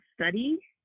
study